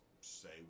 say